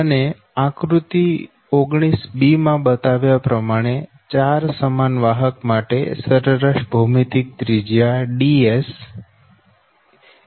અને આકૃતિ 19 માં બતાવ્યા પ્રમાણે 4 સમાન વાહક માટે સરેરાશ ભૌમિતિક ત્રિજ્યા Dsr1